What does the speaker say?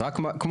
אז רק לציין,